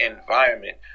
environment